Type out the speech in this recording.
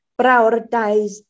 prioritize